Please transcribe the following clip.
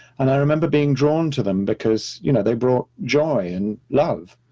and i remember being drawn to them, because you know they brought joy and love.